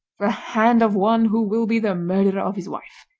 the hand of one who will be the murderer of his wife.